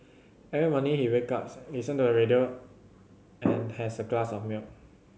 every morning he wake ups listen to the radio and has a glass of milk